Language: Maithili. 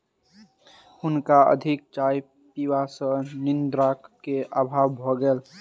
हुनका अधिक चाय पीबा सॅ निद्रा के अभाव भ गेल